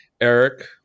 Eric